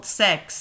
sex